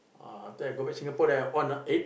ah after that go back Singapore then I on !eh!